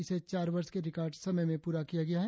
इसे चार वर्ष के रिकार्ड समय में पूरा किया गया है